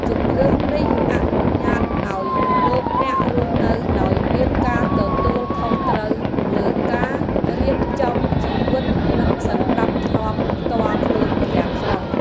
ជម្រើសនេះអនុញ្ញាតឱ្យលោកអ្នករស់នៅដោយមានការទទួលខុសត្រូវលើការរៀបចំជីវិតនិងសណ្ដាប់ធ្នាប់ផ្ទាល់ខ្លួនទាំងស្រុង។